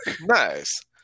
Nice